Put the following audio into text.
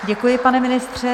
Děkuji, pane ministře.